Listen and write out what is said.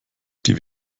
die